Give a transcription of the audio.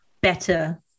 better